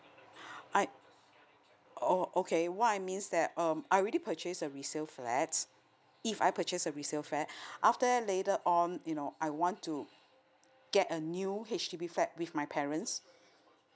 I oh okay what I means that um I already purchase a resale flat if I purchase a resale flat after then later on you know I want to get a new H_D_B flat with my parents